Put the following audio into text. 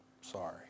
sorry